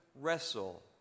wrestle